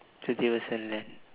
today also learn